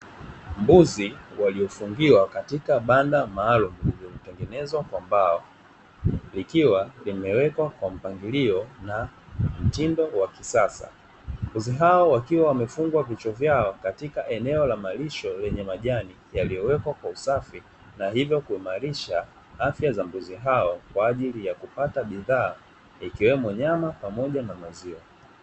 Mbuzi waliofungiwa katika banda maalum lililoitengenezwa kwa mbao likiwa limewekwa kwa mpangilio na mtindo wa kisasa. Mbuzi hao wakiwa wamefungwa vichwa vyao katika eneo la malisho lenye majani yaliyowekwa kwa usafi, na hivyo kuimarisha afya za mbuzi hao kwa ajili ya kupata bidhaa ikiwemo nyama pamoja na maziwa.